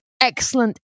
excellent